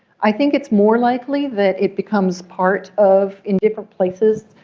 i think it's more likely that it becomes part of in different places.